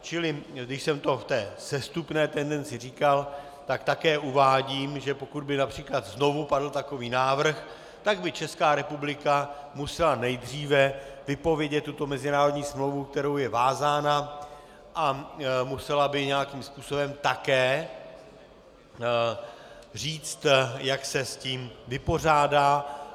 Čili když jsem to v té sestupné tendenci říkal, tak také uvádím, že pokud by například znovu padl takový návrh, tak by Česká republika musela nejdříve vypovědět tuto mezinárodní smlouvu, kterou je vázána, a musela by nějakým způsobem také říct, jak se s tím vypořádá.